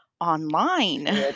online